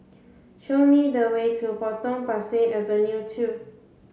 show me the way to Potong Pasir Avenue two